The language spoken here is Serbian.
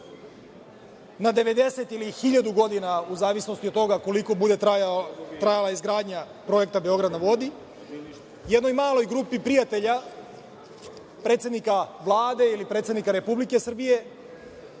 na 90 ili 1000 godina, u zavisnosti od toga koliko bude trajala izgradnja Projekta „Beograd na vodi“, jednoj maloj grupi prijatelja predsednika Vlada ili predsednika Republike Srbije,